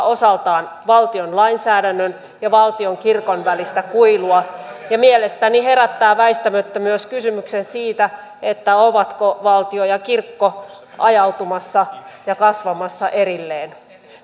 osaltaan valtion lainsäädännön ja valtionkirkon välistä kuilua ja mielestäni herättää väistämättä myös kysymyksen siitä ovatko valtio ja kirkko ajautumassa ja kasvamassa erilleen